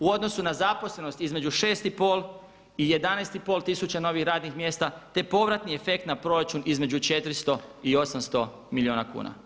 U odnosu na zaposlenost između 6,5 i 11,5 tisuća novih radnih mjesta te povratni efekt na proračun između 400 i 800 milijuna kuna.